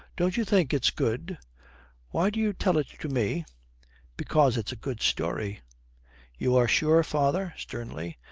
don't you think it's good why do you tell it to me because it's a good story you are sure, father sternly,